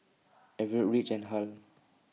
Everette Rich and Hal